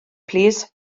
plîs